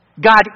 God